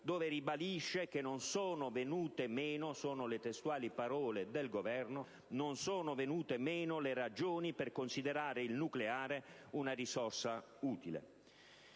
testualmente che: «non sono venute meno le ragioni per considerare il nucleare una risorsa utile».